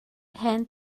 hen